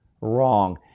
wrong